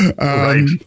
Right